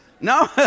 No